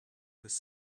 this